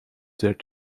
that